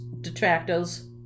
detractors